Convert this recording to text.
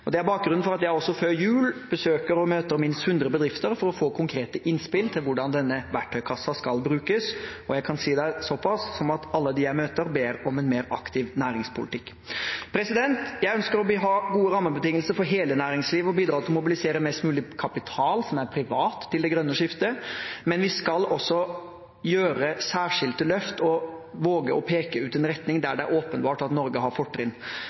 Det er bakgrunnen for at jeg også før jul besøker og møter minst 100 bedrifter for å få konkrete innspill til hvordan denne verktøykassen skal brukes. Jeg kan si såpass som at alle dem jeg møter, ber om en mer aktiv næringspolitikk. Jeg ønsker og vil ha gode rammebetingelser for hele næringslivet og bidra til å mobilisere mest mulig privat kapital til det grønne skiftet, men vi skal også gjøre særskilte løft og våge å peke ut en retning der det er åpenbart at Norge har fortrinn.